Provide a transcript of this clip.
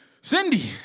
Cindy